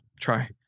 try